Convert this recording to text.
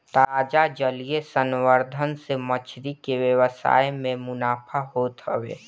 ताजा जलीय संवर्धन से मछरी के व्यवसाय में मुनाफा होत हवे